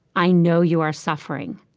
i know you are suffering.